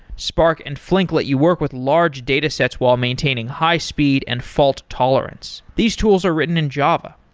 spark and flink let you work with large datasets while maintaining high-speed and fault tolerance. these tools are written in java.